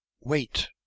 wait